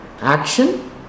action